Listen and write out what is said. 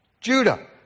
Judah